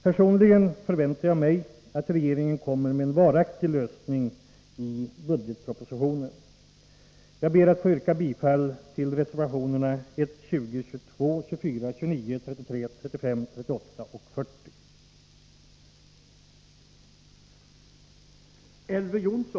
Personligen förväntar jag mig att regeringen lägger fram förslag om en varaktig lösning i budgetpropositionen. Jag ber att få yrka bifall till reservationerna 1, 20, 22, 24, 29, 33, 35, 38 och 40.